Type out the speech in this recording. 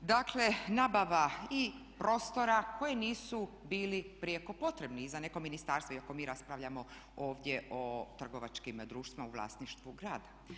dakle nabava i prostora koji nisu bili prijeko potrebni i za neko ministarstvo iako mi raspravljamo ovdje o trgovačkim društvima u vlasništvu grada.